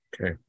Okay